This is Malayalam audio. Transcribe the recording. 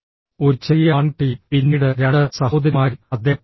ഒരു ചെറിയ ആൺകുട്ടിയും പിന്നീട് രണ്ട് സഹോദരിമാരും അദ്ദേഹത്തിനുണ്ടായിരുന്നു